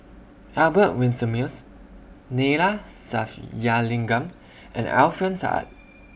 Albert Winsemius Neila Sathyalingam and Alfian Sa'at